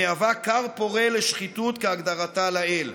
המהווה כר פורה לשחיתות כהגדרתה לעיל.